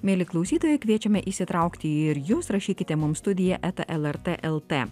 mieli klausytojai kviečiame įsitraukti ir jus rašykite mums studija eta lrt taškas el t